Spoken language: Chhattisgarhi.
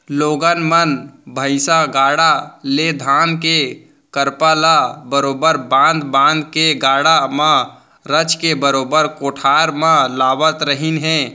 लोगन मन भईसा गाड़ा ले धान के करपा ल बरोबर बांध बांध के गाड़ा म रचके बरोबर कोठार म लावत रहिन हें